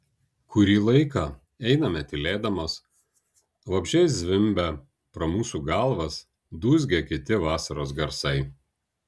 kurį laiką einame tylėdamos vabzdžiai zvimbia pro mūsų galvas dūzgia kiti vasaros garsai